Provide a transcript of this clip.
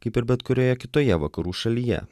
kaip ir bet kurioje kitoje vakarų šalyje